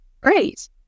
Great